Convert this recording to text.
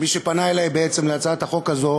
מי שפנה אלי בעצם להצעת החוק הזאת